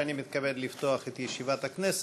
מתכבד לפתוח את ישיבת הכנסת.